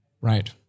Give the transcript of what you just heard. Right